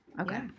Okay